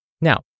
Now